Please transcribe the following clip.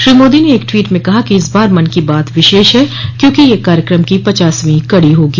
श्री मोदी ने एक ट्वीट में कहा कि इस बार की मन की बात विशेष है क्योंकि यह कार्यक्रम की पचासवीं कड़ी होगी